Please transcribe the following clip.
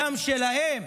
הדם שלהם